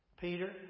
Peter